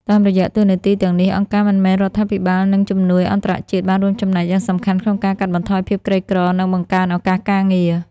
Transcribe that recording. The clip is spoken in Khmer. តាមរយៈតួនាទីទាំងនេះ អង្គការមិនមែនរដ្ឋាភិបាល និងជំនួយអន្តរជាតិបានរួមចំណែកយ៉ាងសំខាន់ក្នុងការកាត់បន្ថយភាពក្រីក្រ និងបង្កើនឱកាសការងារ។